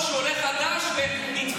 יוסי.